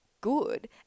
good